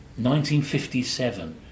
1957